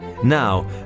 Now